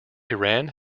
iran